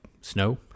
snow